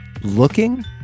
looking